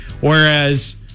Whereas